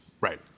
Right